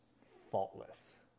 faultless